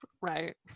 Right